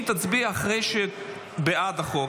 אם אחרי זה תצביעי בעד החוק,